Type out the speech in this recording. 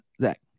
Zach